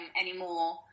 anymore